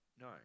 No